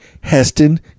Heston